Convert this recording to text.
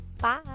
Bye